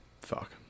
Fuck